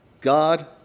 God